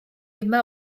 yma